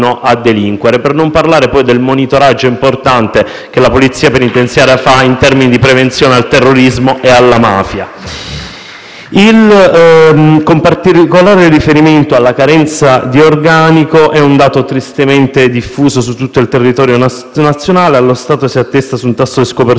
del monitoraggio importante che la polizia penitenziaria svolge in termini di prevenzione del terrorismo e della mafia. Con particolare riferimento alla carenza di organico - è un dato tristemente diffuso su tutto il territorio nazionale - lo Stato si attesta su un tasso di scopertura complessivo pari al 9,9